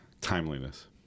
timeliness